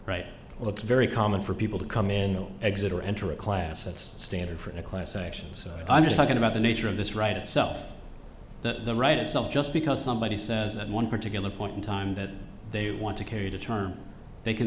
right or it's very common for people to come in the exit or enter a class x standard for a class action so i'm just talking about the nature of this right itself that the right itself just because somebody says at one particular point in time that they want to carry to term they can